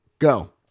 Go